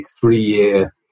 three-year